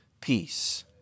peace